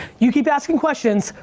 you keep asking questions,